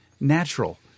natural